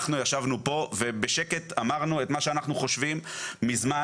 אנחנו ישבנו פה ובשקט אמרנו את מה שאנחנו חושבים מזמן.